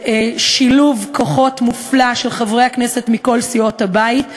ובשילוב כוחות מופלא של חברי הכנסת מכל סיעות הבית,